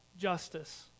justice